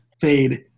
fade